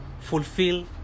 fulfill